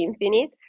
infinite